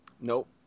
Nope